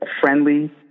friendly